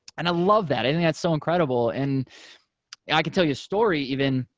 and i love that. i think that's so incredible. and and i can tell you a story even.